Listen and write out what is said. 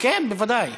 הבטחת הכנסה (ניכוי להורה עצמאי)